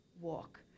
walk